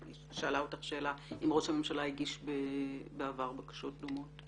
היא שאלה אותך אם ראש הממשלה הגיש בעבר בקשות דומות.